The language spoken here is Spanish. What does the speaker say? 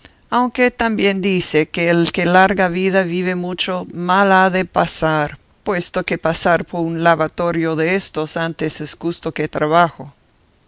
aunque también dicen que el que larga vida vive mucho mal ha de pasar puesto que pasar por un lavatorio de éstos antes es gusto que trabajo